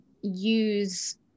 use